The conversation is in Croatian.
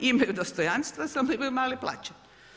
Imaju dostojanstva samo imaju male plaće.